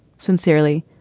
sincerely.